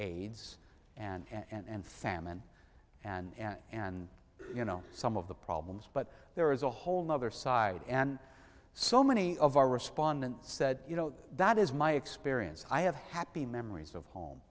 ignore aids and famine and and you know some of the problems but there is a whole nother side and so many of our respondents said you know that is my experience i have happy memories of home